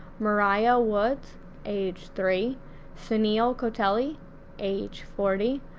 mariah woods age three suneel kotele age age forty,